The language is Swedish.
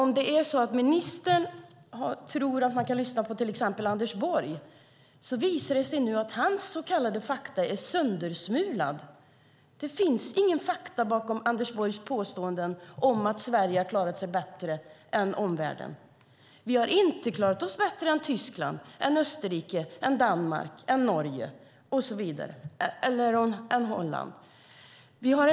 Ministern kanske tror att man kan lyssna på till exempel Anders Borg. Nu visar det sig att hans så kallade fakta är söndersmulade. Det finns inga fakta bakom Anders Borgs påståenden om att Sverige har klarat sig bättre än omvärlden. Vi har inte klarat oss bättre än Tyskland, Österrike, Danmark, Norge, Holland och så vidare.